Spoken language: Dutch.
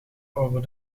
over